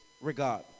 regard